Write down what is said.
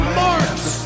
marks